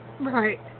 Right